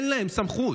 שאין להם סמכות.